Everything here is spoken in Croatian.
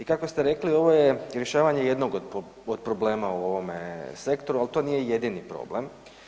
I kako ste rekli ovo je rješavanje jednog od problema u ovome sektoru, ali to nije jedini problem.